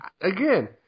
again